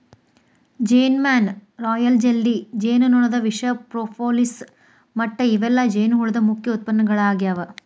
ಜೇನಮ್ಯಾಣ, royal jelly, ಜೇನುನೊಣದ ವಿಷ, propolis ಮಟ್ಟ ಇವೆಲ್ಲ ಜೇನುಹುಳದ ಮುಖ್ಯ ಉತ್ಪನ್ನಗಳಾಗ್ಯಾವ